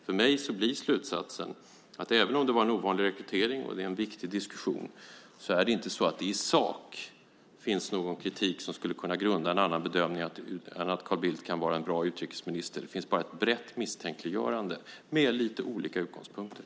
För mig blir slutsatsen att även om det var en ovanlig rekrytering och det är en viktig diskussion så finns det inte i sak någonting som skulle kunna ligga till grund för en annan bedömning än att Carl Bildt kan vara en bra utrikesminister. Det finns bara ett brett misstänkliggörande med lite olika utgångspunkter.